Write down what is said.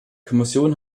kommission